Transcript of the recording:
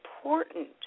important